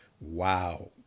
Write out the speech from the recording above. Wow